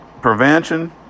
Prevention